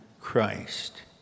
Christ